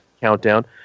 countdown